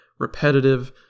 repetitive